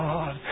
God